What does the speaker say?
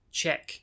check